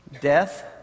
Death